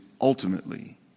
ultimately